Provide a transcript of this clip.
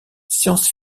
science